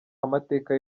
amateka